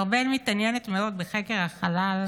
ארבל מתעניינת מאוד בחקר החלל,